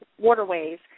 waterways